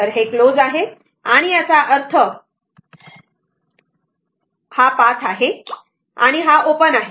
तर हे क्लोज आहे आणि याचा अर्थ हा पाथ आहे बरोबर हा पाथ आहे आणि हा ओपन आहे